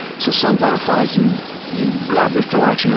so some butterflies, you you grab their thorax you know